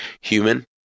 human